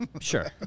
Sure